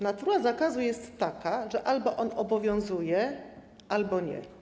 Natura zakazu jest taka, że on albo obowiązuje, albo nie.